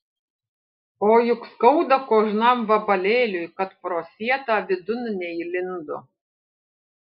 o juk skauda kožnam vabalėliui kad pro sietą vidun neįlindo